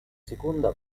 seconda